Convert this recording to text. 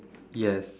yes